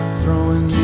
throwing